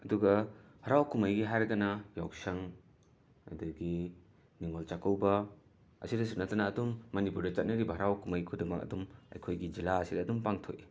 ꯑꯗꯨꯒ ꯍꯔꯥꯎ ꯀꯨꯃꯩꯒꯤ ꯍꯥꯏꯔꯒꯅ ꯌꯥꯎꯁꯪ ꯑꯗꯒꯤ ꯅꯤꯉꯣꯜ ꯆꯥꯛꯀꯧꯕ ꯑꯁꯤꯗꯁꯨ ꯅꯠꯇꯅ ꯑꯗꯨꯝ ꯃꯅꯤꯄꯨꯔꯗ ꯆꯠꯅꯔꯤꯕ ꯍꯔꯥꯎ ꯀꯨꯝꯃꯩ ꯈꯨꯗꯤꯡꯃꯛ ꯑꯗꯨꯝ ꯑꯩꯈꯣꯏꯒꯤ ꯖꯤꯂꯥ ꯑꯁꯤꯗ ꯑꯗꯨꯝ ꯄꯥꯡꯊꯣꯛꯏ